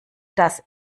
das